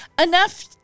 enough